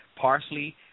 parsley